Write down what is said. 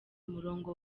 umurongo